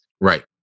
Right